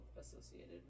associated